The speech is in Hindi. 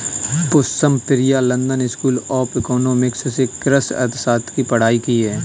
Pushpam Priya London school of economics से कृषि अर्थशास्त्र की पढ़ाई की है